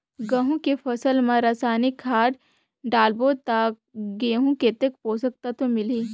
गंहू के फसल मा रसायनिक खाद डालबो ता गंहू कतेक पोषक तत्व मिलही?